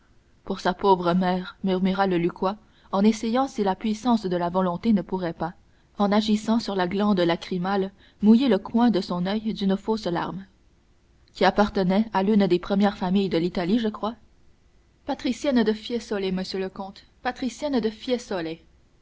pour sa pauvre mère murmura le lucquois en essayant si la puissance de la volonté ne pourrait pas en agissant sur la glande lacrymale mouiller le coin de son oeil d'une fausse larme qui appartenait à l'une des premières familles d'italie je crois patricienne de fiesole monsieur le comte patricienne de